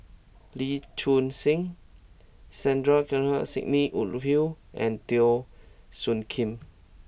Lee Choon Seng Sandrasegaran Sidney Woodhull and Teo Soon Kim